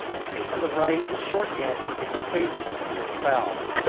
keeping to the right is shorthand for being faithful to your spouse.